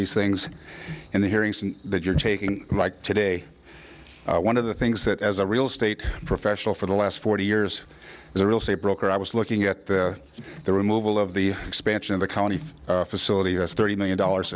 these things in the hearings that you're taking like today one of the things that as a real estate professional for the last forty years is a real estate broker i was looking at the the removal of the expansion of the county facility is thirty million dollars